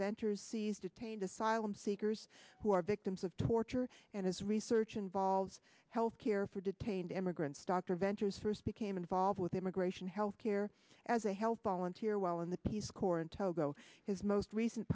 venture's sees detained asylum seekers who are victims of torture and his research involves health care for detained immigrants dr venture's first became involved with immigration health care as a health volunteer while in the peace corps in togo his most recent